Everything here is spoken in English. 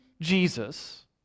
Jesus